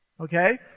Okay